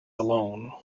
alone